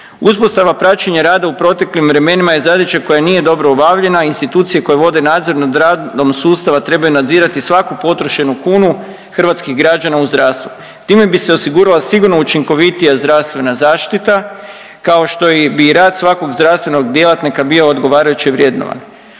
Uspostava praćenja rada u proteklim vremenima je zadaća koja nije dobro obavljena institucije koje vode nadzor nad radom sustava trebaju nadzirati svaku potrošenu kunu hrvatskih građana u zdravstvo. Time bi se osigurala sigurno učinkovitija zdravstvena zaštita kao što bi i rad svakog zdravstvenog djelatnika bio odgovarajuće vrednovan.